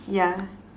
ya